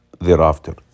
thereafter